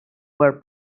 were